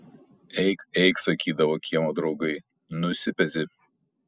eik eik sakydavo kiemo draugai nusipezi